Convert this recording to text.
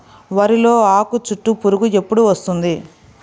వరిలో ఆకుచుట్టు పురుగు ఎప్పుడు వస్తుంది?